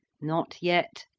not yet,